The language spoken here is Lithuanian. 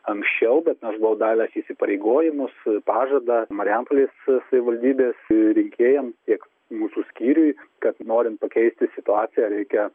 anksčiau bet aš buvau davęs įsipareigojimus pažadą marijampolės savivaldybės rinkėjams tiek mūsų skyriui kad norint pakeisti situaciją reikia